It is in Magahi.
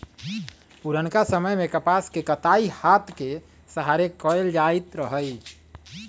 पुरनका समय में कपास के कताई हात के सहारे कएल जाइत रहै